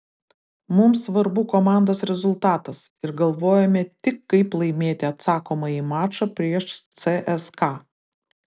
mums svarbu komandos rezultatas ir galvojame tik kaip laimėti atsakomąjį mačą prieš cska